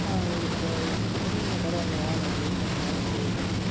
ஆ இப்போ ஒன்றில்லண்ணா பரவாயில்லண்ணா வாங்கண்ணணா நீங்கள் மட்டுமா சரி ஓகேண்ணா